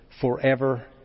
forever